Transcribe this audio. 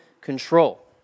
control